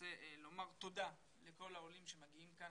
רוצה לומר תודה לכל העולים שמגיעים לכאן.